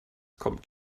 kommt